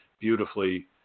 beautifully